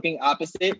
opposite